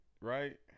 right